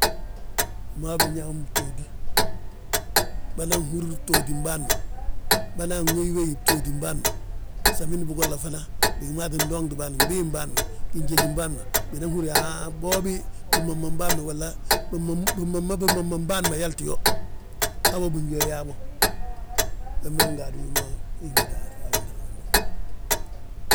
Wi maa wi binyaa bommu btooti, bânan húri btootim bâan ma. Bânan weyweyi btootim bân ma, samindi bigolla fana a wi maa wi bindoŋti bâan. Gbiim bân ma binjéjim bâan, bina húri yaa haa boobi, bimama bâan ma walla, bimama, bimama bâan ma yalti yo, habo bingi yo yaa bo wembe ngaadu wi ma ingédi a wintele wo.